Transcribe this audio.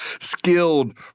skilled